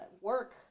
work